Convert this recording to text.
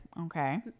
okay